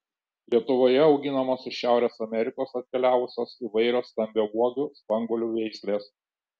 lietuvoje auginamos iš šiaurės amerikos atkeliavusios įvairios stambiauogių spanguolių veislės